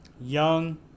young